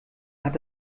hat